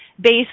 based